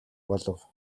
болов